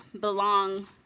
belong